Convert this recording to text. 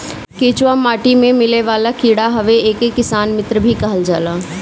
केचुआ माटी में मिलेवाला कीड़ा हवे एके किसान मित्र भी कहल जाला